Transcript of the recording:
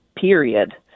period